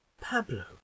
pablo